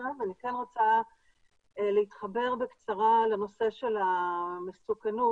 אני רוצה להתחבר בקצרה לנושא המסוכנות.